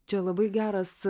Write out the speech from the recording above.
čia labai geras